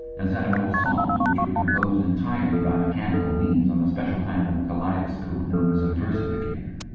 and sentimental songs which were composed entirely by mechanical means on a special kind of kaleidoscope known as a versificator.